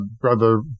brother